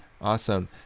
Awesome